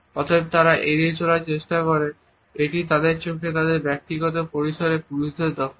অতএব তারা এড়িয়ে চলার চেষ্টা করে এটি তাদের চোখে তাদের ব্যক্তিগত পরিসরে পুরুষদের দখল